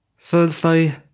Thursday